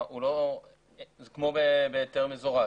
זה כמו בהיתר מזורז.